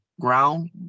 ground